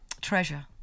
treasure